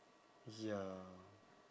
ya